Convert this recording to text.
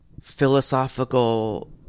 philosophical